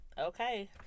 okay